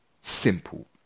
simple